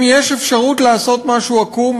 אם יש אפשרות לעשות משהו עקום,